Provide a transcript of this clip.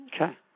Okay